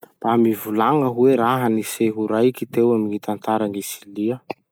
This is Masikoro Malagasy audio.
Mba mivolagna hoe raha-niseho raiky teo amy gny tantaran'i Silia?